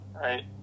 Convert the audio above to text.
right